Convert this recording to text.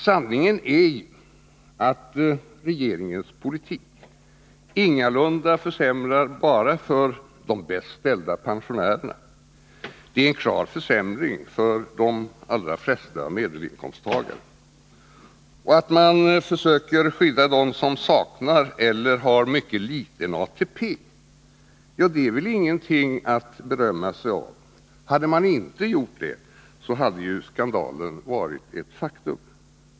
Sanningen är ju att regeringens politik ingalunda försämrar bara för de 85 bäst ställda pensionärerna — det är en klar försämring för de flesta medelinkomsttagare. Och att man försöker skydda dem som saknar eller har mycket liten ATP är väl inget att berömma sig av. Hade man inte gjort det, hade ju skandalen varit ett faktum.